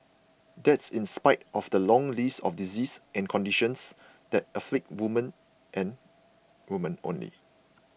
that's in spite of the long list of diseases and conditions that afflict women and women only